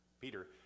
Peter